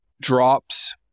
drops